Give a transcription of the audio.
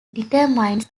determines